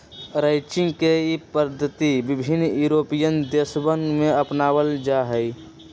ranching के ई पद्धति विभिन्न यूरोपीयन देशवन में अपनावल जाहई